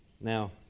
now